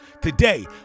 today